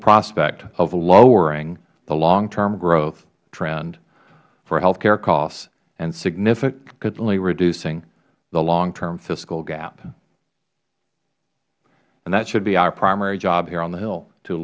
prospect of lowering the long term growth trend for health care costs and significantly reducing the long term fiscal gap that should be our primary job here on the hill to